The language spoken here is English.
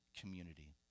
community